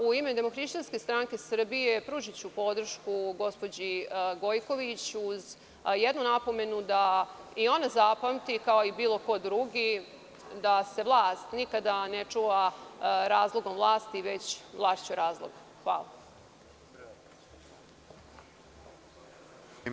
U ime Demohrišćanske stranke Srbije pružiću podršku gospođi Gojković uz jednu napomenu da i ona zapamti, kao i bilo ko drugi, da se vlast nikada ne čuva razlogom vlasti već vlašću razlogom.